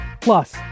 plus